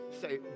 Say